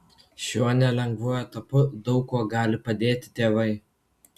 šiuo nelengvu etapu daug kuo gali padėti tėvai